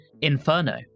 Inferno